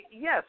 Yes